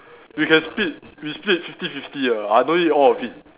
we can split we split fifty fifty ah I don't need all of it